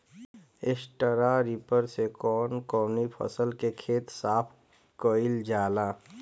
Straw reaper से कवन कवनी फसल के खेत साफ कयील जाला?